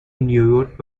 نییورک